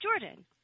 Jordan